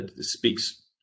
speaks